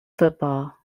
football